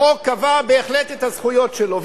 החוק קבע את הזכויות שלו,